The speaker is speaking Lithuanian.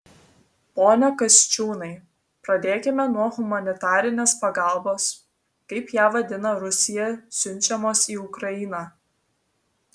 pone kasčiūnai pradėkime nuo humanitarinės pagalbos kaip ją vadina rusija siunčiamos į ukrainą